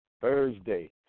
Thursday